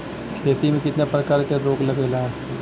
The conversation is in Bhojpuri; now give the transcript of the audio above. खेती में कितना प्रकार के रोग लगेला?